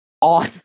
on